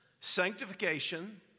sanctification